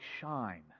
shine